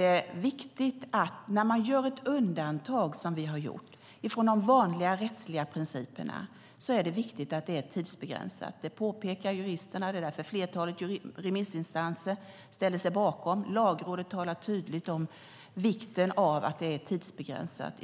är viktigt att när ett undantag görs från de vanliga rättsliga principerna ska det finnas en tidsbegränsning. Det påpekar juristerna, och det är därför flertalet remissinstanser ställer sig bakom tidsgränsen. Lagrådet talar i sitt svar tydligt om vikten av att det är tidsbegränsat.